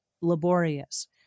laborious